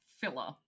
filler